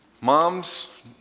moms